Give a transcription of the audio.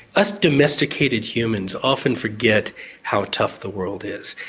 us domesticated humans often forget how tough the world is.